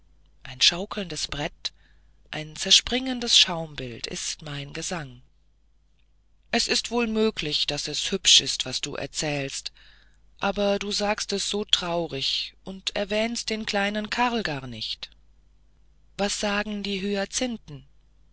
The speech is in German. ein schaukelndes brett ein zerspringendes schaumbild ist mein gesang es ist wohl möglich daß es hübsch ist was du erzählst aber du sagst es so traurig und erwähnst des kleinen karl gar nicht was sagen die